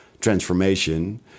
transformation